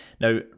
Now